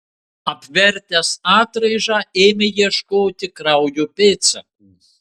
apvertęs atraižą ėmė ieškoti kraujo pėdsakų